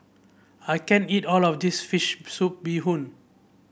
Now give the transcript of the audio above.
I can't eat all of this fish soup Bee Hoon